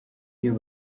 iyo